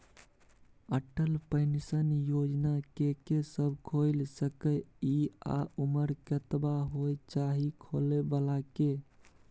Atal pension योजना के के सब खोइल सके इ आ उमर कतबा होय चाही खोलै बला के?